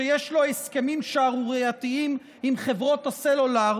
שיש לו הסכמים שערורייתיים עם חברות הסלולר,